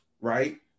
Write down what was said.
right